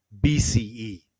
bce